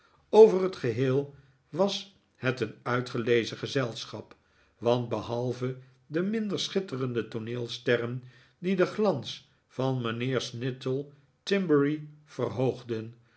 over het geheel was het een uitgelezen gezelschap want behalve de minder schitterende tooneelsterren die den glans van mijnheer snittle timberry verhoogden